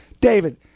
David